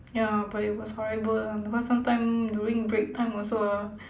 ya but it was horrible lah because sometime during break time also ah